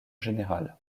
général